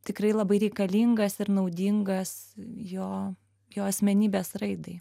tikrai labai reikalingas ir naudingas jo jo asmenybės raidai